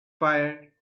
fire